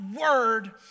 word